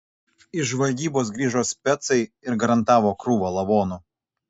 iš žvalgybos grįžo specai ir garantavo krūvą lavonų